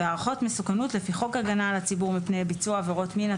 והערכות מסוכנות לפי חוק הגנה על הציבור מפני ביצוע עבירות מין,